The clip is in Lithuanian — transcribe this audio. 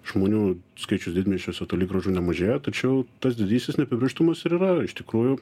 žmonių skaičius didmiesčiuose toli gražu nemažėja tačiau tas didysis neapibrėžtumas ir yra iš tikrųjų